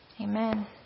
Amen